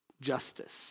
justice